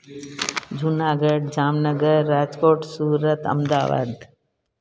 Junagadh Jamnagar Rajkot Surat Ahmedabad